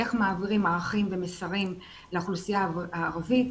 איך מעבירים ערכים ומסרים לאוכלוסייה הערבית.